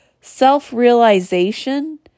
self-realization